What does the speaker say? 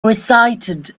recited